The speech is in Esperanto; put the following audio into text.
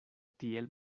tiel